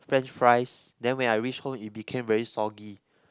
French fries then when I reach home it became very soggy